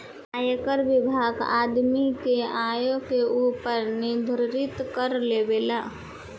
आयकर विभाग आदमी के आय के ऊपर निर्धारित कर लेबेला